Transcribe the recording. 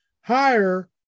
higher